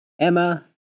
Emma